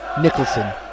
Nicholson